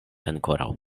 ankoraŭ